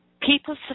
people